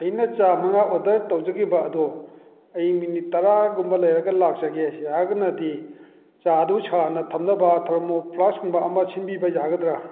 ꯑꯩꯅ ꯆꯥ ꯃꯉꯥ ꯑꯣꯗꯔ ꯇꯧꯖꯈꯤꯕ ꯑꯗꯣ ꯑꯩ ꯃꯤꯅꯤꯠ ꯇꯔꯥ ꯒꯨꯝꯕ ꯂꯩꯔꯒ ꯂꯥꯛꯆꯒꯦ ꯌꯥꯔꯒꯅꯗꯤ ꯆꯥꯗꯨ ꯁꯥꯅ ꯊꯝꯅꯕ ꯊꯔꯃꯣ ꯐ꯭ꯂꯥꯛꯁꯀꯨꯝꯕ ꯑꯃ ꯁꯤꯟꯕꯤꯕ ꯌꯥꯒꯗ꯭ꯔꯥ